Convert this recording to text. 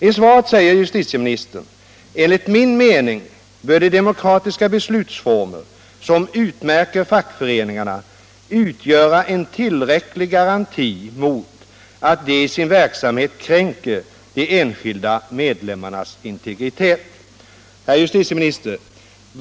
I svaret säger justitieministern: ”Enligt min mening bör de demokratiska beslutsformer som utmärker fackföreningarna utgöra en tillräcklig garanti mot att de i sin verksamhet kränker de enskilda medlemmarnas integritet.” Herr justitieminister!